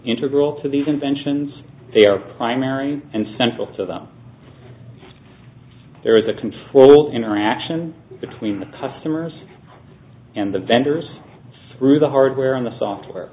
integral to these inventions they are primary and central to them there is a control interaction between the customers and the vendors screw the hardware on the software